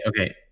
okay